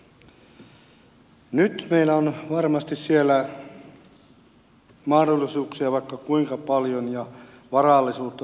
nyt meillä on varmasti siellä mahdollisuuksia vaikka kuinka paljon ja varallisuutta suomessa